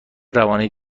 روانی